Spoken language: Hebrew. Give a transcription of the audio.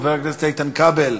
חבר הכנסת איתן כבל,